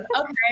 Okay